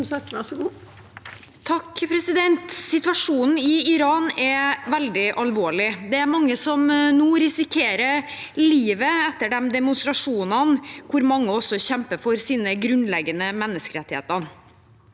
(H) Situasjonen i Iran er veldig alvorlig. Det er mange som nå risikerer livet etter disse demonstrasjonene, hvor mange også kjemper for sine grunnleggende menneskerettigheter.